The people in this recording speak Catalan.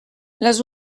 les